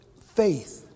faith